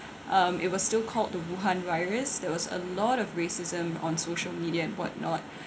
um it was still called the wuhan virus there was a lot of racism on social media and whatnot